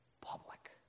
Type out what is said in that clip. public